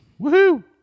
Woohoo